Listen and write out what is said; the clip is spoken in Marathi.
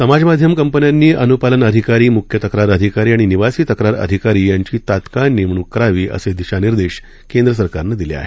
समाज माध्यम कंपन्यांनी अनुपालन अधिकारी मुख्य तक्रार अधिकारी आणि निवासी तक्रार अधिकारी यांची तात्काळ नेमणूक करावी असे दिशा निर्देश केंद्र सरकारनं दिले आहेत